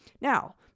Now